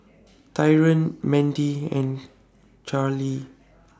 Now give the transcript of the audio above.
Taryn Mendy and Charly